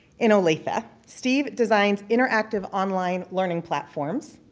in olathe. steve designs interactive online learning platforms.